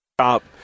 Stop